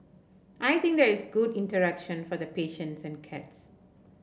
I think that it's good interaction for the patients and cats